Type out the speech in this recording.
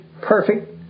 perfect